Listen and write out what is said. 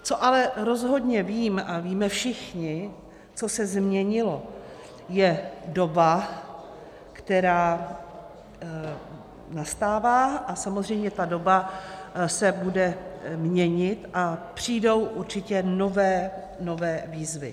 Co ale rozhodně vím a víme všichni, co se změnilo, je doba, která nastává, a samozřejmě ta doba se bude měnit a přijdou určitě nové výzvy.